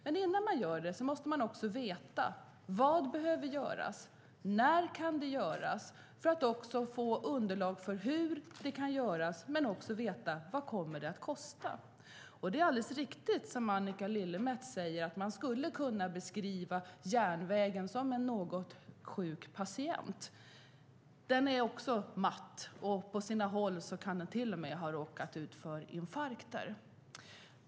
Men innan man gör det måste man också veta vad som behöver göras och när det kan göras för att få underlag för hur det kan göras och få veta vad det kommer att kosta. Det är alldeles riktigt som Annika Lillemets säger, nämligen att man skulle kunna beskriva järnvägen som en något sjuk patient. Den är också matt, och på sina håll kan den till och med ha råkat ut för infarkter.